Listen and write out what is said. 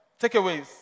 takeaways